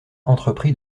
entreprit